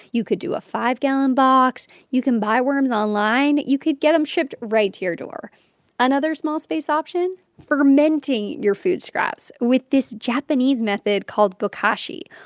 you could do a five gallon box. you can buy worms online. you could get them shipped right to your door another small space option fermenting your food scraps with this japanese method called bokashi.